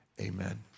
Amen